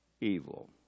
evil